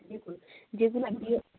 দেখুন যেগুলো